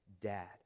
dad